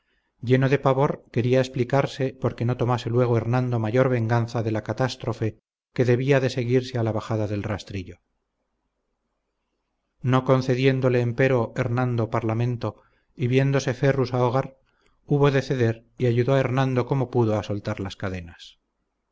lleno de pavor quería explicarse porque no tomase luego hernando mayor venganza de la catástrofe que debía de seguirse a la bajada del rastrillo no concediéndole empero hernando parlamento y viéndose ferrus ahogar hubo de ceder y ayudó a hernando como pudo a soltar las cadenas